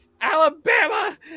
Alabama